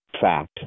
fact